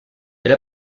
elle